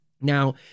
Now